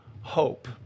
Hope